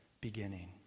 beginning